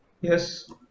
Yes